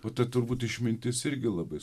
o ta turbūt išmintis irgi labai